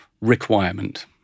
requirement